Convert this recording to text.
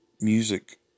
music